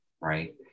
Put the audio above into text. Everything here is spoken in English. right